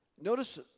Notice